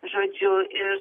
žodžiu ir